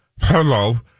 Hello